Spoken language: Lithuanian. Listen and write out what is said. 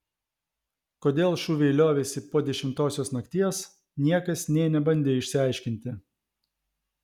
kodėl šūviai liovėsi po dešimtosios nakties niekas nė nebandė išsiaiškinti